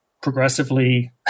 progressively